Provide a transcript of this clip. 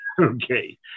Okay